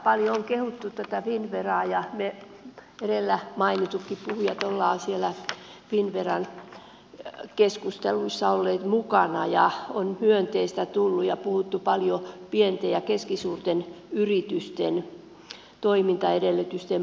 paljon on kehuttu tätä finnveraa ja me edellä mainitutkin puhujat olemme siellä finnveran keskusteluissa olleet mukana ja on myönteistä tullut ja puhuttu paljon pienten ja keskisuurten yritysten toimintaedellytysten parantamisesta